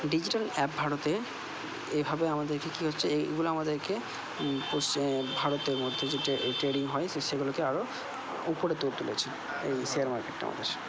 digital app ভারতে এভাবে আমাদেরকে কি হচ্ছে এইগুলো আমাদেরকে পশ্চিম ভারতের মধ্যে যে ট্রেডিং হয় সেগুলোকে আরও উপরে তুলেছে এই শেয়ার মার্কেটটা আমাদের